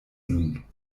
nun